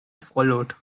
followed